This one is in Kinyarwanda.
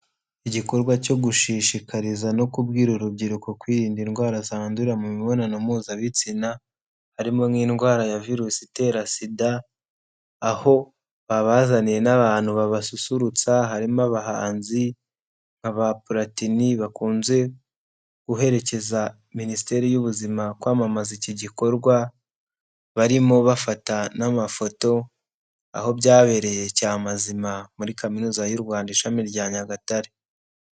Igikorwa cyo gushishikariza no kubwira urubyiruko kwirinda indwara zandurira mu mibonano mpuzabitsina, harimo nk'indwara ya virusi itera SIDA, aho babazaniye n'abantu babasusurutsa, harimo abahanzi barimo Platini, bakunze guherekeza minisiteri y'ubuzima kwamamaza iki gikorwa. Barimo bafata n'amafoto aho byabereye cya Mazima muri kaminuza y'u Rwanda ishami rya Nyagatare.